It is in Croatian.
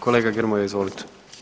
Kolega Grmoja, izvolite.